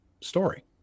story